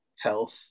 health